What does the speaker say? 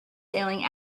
sailing